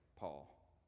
Paul